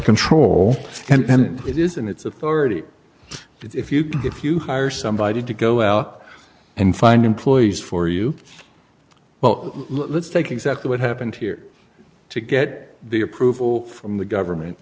control and it is and it's authority if you if you hire somebody to go out and find employees for you well let's take exactly what happened here to get the approval from the government